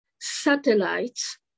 satellites